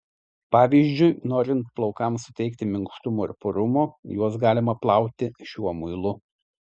pavyzdžiui norint plaukams suteikti minkštumo ir purumo juos galima plauti šiuo muilu